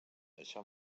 això